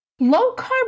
Low-carb